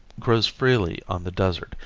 grows freely on the desert,